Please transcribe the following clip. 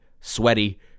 sweaty